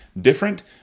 different